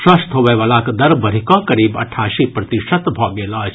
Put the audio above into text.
स्वस्थ होबयवलाक दर बढ़ि कऽ करीब अठासी प्रतिशत भऽ गेल अछि